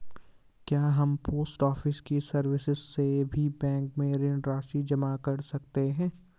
क्या हम post office की सर्विस से भी बैंक में ऋण राशि जमा कर सकते हैं?